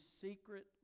secret